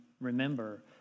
remember